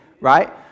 right